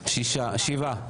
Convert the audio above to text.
שבעה.